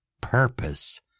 purpose